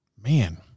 man